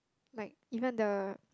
like even the